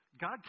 God